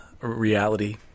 reality